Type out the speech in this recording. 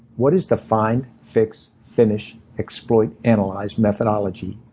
what is the find, fix, finish, exploit, analyze methodology,